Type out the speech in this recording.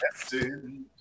Destined